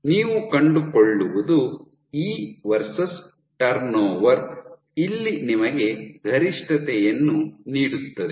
ನೀವು ಕಂಡುಕೊಳ್ಳುವುದು ಇ ವರ್ಸಸ್ ಟರ್ನ್ಓವರ್ ಇಲ್ಲಿ ನಿಮಗೆ ಗರಿಷ್ಠತೆಯನ್ನು ನೀಡುತ್ತದೆ